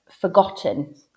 forgotten